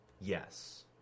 Yes